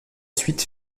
suite